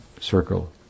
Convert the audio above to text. circle